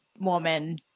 woman